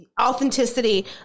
authenticity